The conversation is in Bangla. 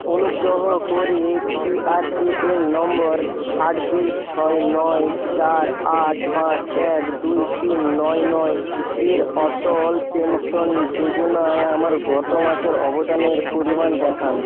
অনুগ্রহ করে পিআরএএন নম্বর আট দুই ছয় নয় চার আট পাঁচ এক দুই তিন নয় নয়ের অটল পেনশন যোজনায় আমার গত মাসের অবদানের পরিমাণ দেখান